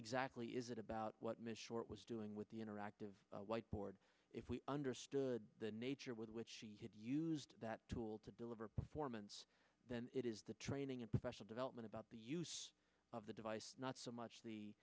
exactly is it about what michelle was doing with the interactive whiteboards if we understood the nature with which used that tool to deliver performance then it is the training and professional development about the use of the device not so much the